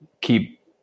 keep